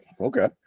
okay